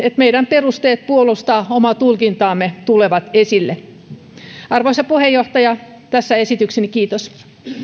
että meidän perusteet puolustaa omaa tulkintaamme tulevat esille arvoisa puheenjohtaja tässä esitykseni kiitos